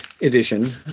edition